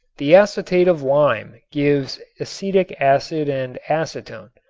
the acetate of lime gives acetic acid and acetone.